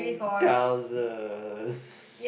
thousands